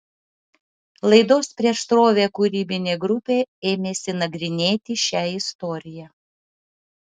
laidos prieš srovę kūrybinė grupė ėmėsi nagrinėti šią istoriją